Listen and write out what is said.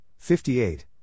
58